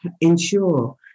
ensure